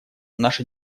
наши